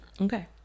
Okay